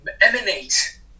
emanate